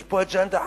יש פה אג'נדה חרדית,